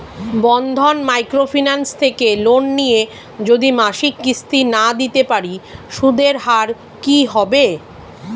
বন্ধন micro finance থেকে loan নিয়ে যদি মাসিক কিস্তি না দিতে পারি সুদের হার কি হবে?